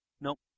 Nope